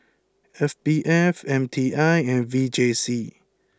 S B F M T I and V J C